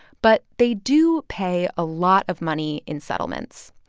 but they do pay a lot of money in settlements.